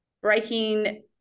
breaking